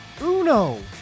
uno